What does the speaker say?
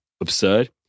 absurd